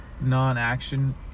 non-action